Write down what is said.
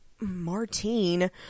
Martine